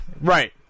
Right